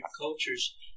cultures